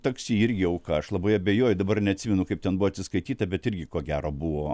taksi irgi auka aš labai abejoju dabar neatsimenu kaip ten buvo atsiskaityta bet irgi ko gero buvo